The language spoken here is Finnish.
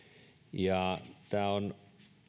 ja tämä on